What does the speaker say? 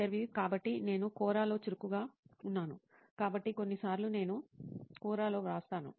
ఇంటర్వ్యూఈ కాబట్టి నేను కోరాలో చురుకుగా ఉన్నాను కాబట్టి కొన్నిసార్లు నేను కోరాలో వ్రాస్తాను